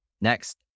Next